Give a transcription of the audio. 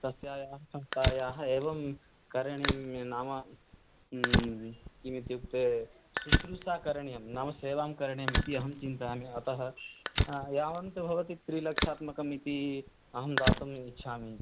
तस्याः संस्थायाः एवं करणीयं नाम किमित्युक्ते शुश्रूषा करणीया नाम सेवा करणीयमिति अहं चिन्तयामि अतः यावत् भवति त्रिलक्षात्मकम् इति अहं दातुम् इच्छामि